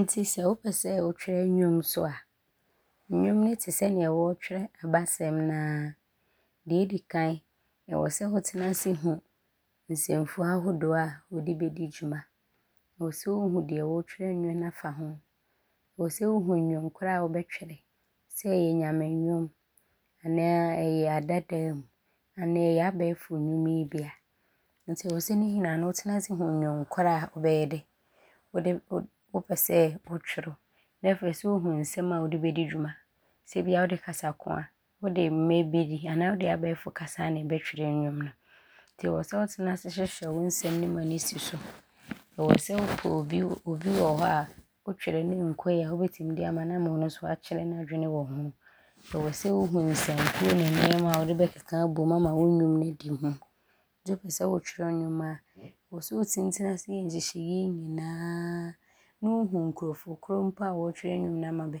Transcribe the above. Nti sɛ wopɛ sɛ wotwerɛ nnwom so a, nnwom ne te sɛ abasɛm no a. Deɛ ɔdi kan, ɔwɔ sɛ wotena ase hu nsɛmfua ahodoɔ a, wode bɛdi dwuma. Ɔwɔ sɛ wohu deɛ wɔɔtwerɛ nnwom ne afa ho. Ɔwɔ sɛ wohu nnwom korɔ a wobɛtwerɛ. Sɛ ɔyɛ Nyame nnwom anaa ɔyɛ adadaam, anaa ɔyɛ abɛɛfo nnwom ne bi a nti ɔwɔ sɛ ne nyinaa wotena ase hu nnwom korɔ a wopɛ sɛ wotwerɛ. Ne afei so, nsɛm a wode bɛdi dwuma sɛ ebia wode kasakoa, wode mmɛ bi anaasɛ abɛɛfo kasa ne bɛtwerɛ nnwom no nti ɔwɔ sɛ wotena ase hyehyɛ wo nsɛm no ma ne sisi so. Ɔwɔ sɛ wopɛ bi wɔ hɔ a, wotwerɛ ne ɔnkɔ yie a wobɛtim de ama no ama ɔno so akyerɛ n’adwene wɔ ho. Ɔwɔ sɛ, wohu nsɛm a wode bɛkeka abom ama wo nnwom no adi mu nti wopɛ sɛ wotwerɛ nnwom a, ɔwɔ sɛ wotim tena ase yɛ nhyehyɛeɛ yi nyinaa ne wohu wo nkurofoɔ korɔ a wɔɔtwerɛ nnwom no afa ho